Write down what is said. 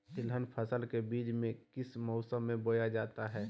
तिलहन फसल के बीज को किस मौसम में बोया जाता है?